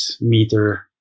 meter